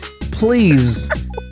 please